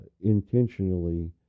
intentionally